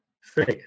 faith